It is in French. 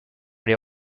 les